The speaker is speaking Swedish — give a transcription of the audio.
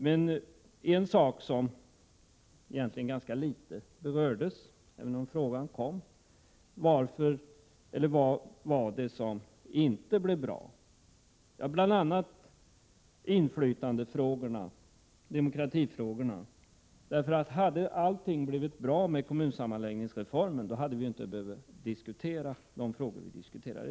Men en sak som egentligen berördes ganska litet, även om frågan kom, var vad det var som inte blev bra. Bl.a. var det inflytandefrågorna, demokratifrågorna. Hade allt blivit bra i och med kommunsammanläggningsreformen hade vi inte behövt diskutera dessa frågor i dag.